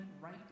right